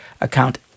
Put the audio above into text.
account